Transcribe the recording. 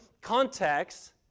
context